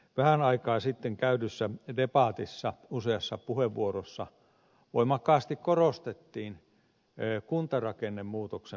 vähän aikaa sitten käydyssä debatissa useassa puheenvuorossa voimakkaasti korostettiin kuntarakennemuutoksen merkitystä